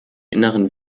inneren